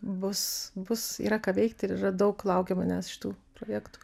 bus bus yra ką veikti ir yra daug laukia manęs šitų projektų